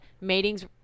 matings